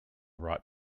right